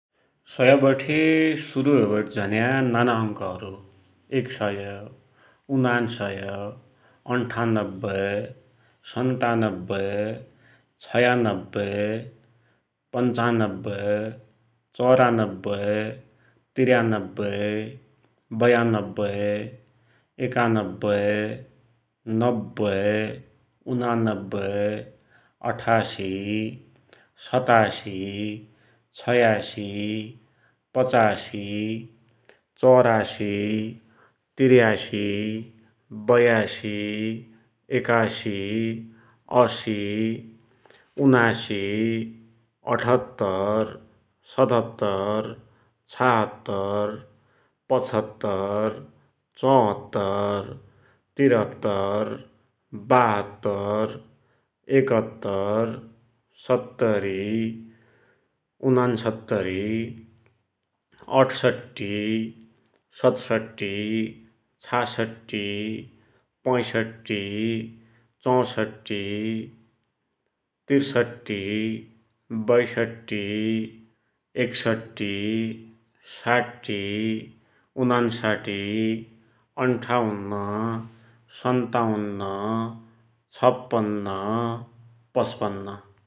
सय बढे सुरु होयवटी झन्या नाना अंकहरुः एक सय, उनान्सय, अन्ठानब्बे, सन्तानब्बे, छयानब्बे, पन्चानब्बे, चौरानब्बे, त्रियानब्बे, बयानब्बे, एकानब्बे, नब्बे, उनानब्बे, अठासी, सतासी, छयासी, पचासी, चौरासी, त्रियासी बयासी, एकासी, असी, एनासी, अठहत्तर, सतहत्तर, छैहत्तर, पचहत्तर, चौहत्तर, त्रिहत्तर, बहत्तर, एकहत्तर, सत्तरी, उनान्सत्तरी, अठसठ्ठी, सतसठ्ठी, पैसठ्ठी, चौसठ्ठी, त्रिसठ्ठी, वैसठ्ठी, एकसठ्ठी, साठी, उनन्साठी, अन्ठाउन्न, सन्ताउन्न, छप्पन्न, पचपन्न ।